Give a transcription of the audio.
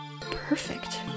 perfect